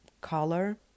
color